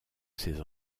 ses